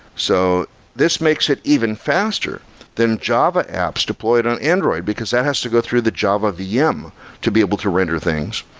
so this makes it even faster than java apps deployed on android, because that has to go through the java vm vm to be able to render things.